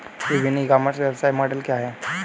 विभिन्न e commerce व्यवसाय model क्या हैं?